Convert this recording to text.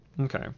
Okay